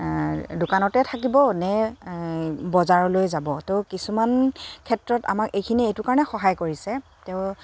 দোকানতে থাকিব নে বজাৰলৈ যাব ত' কিছুমান ক্ষেত্ৰত আমাক এইখিনি এইটো কাৰণে সহায় কৰিছে তেওঁ